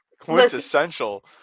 quintessential